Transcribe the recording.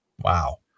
Wow